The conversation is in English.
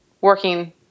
working